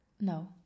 No